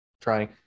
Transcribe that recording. trying